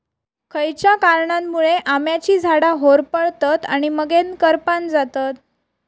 खयच्या कारणांमुळे आम्याची झाडा होरपळतत आणि मगेन करपान जातत?